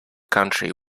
country